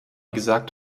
gesagt